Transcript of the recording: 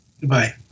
Goodbye